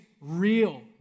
real